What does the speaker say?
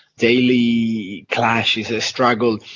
daily clashes, a struggle,